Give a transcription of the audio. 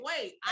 wait